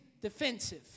defensive